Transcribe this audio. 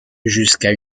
jusqu’à